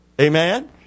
Amen